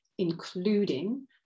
including